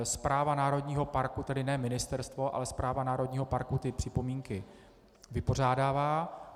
Správa Národního parku, tedy ne ministerstvo, ale Správa Národního parku připomínky vypořádává.